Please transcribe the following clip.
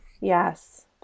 Yes